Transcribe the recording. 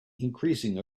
increasing